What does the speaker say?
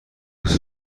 ویروس